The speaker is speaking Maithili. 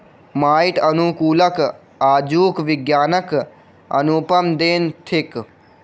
माइट अनुकूलक आजुक विज्ञानक अनुपम देन थिक